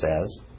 says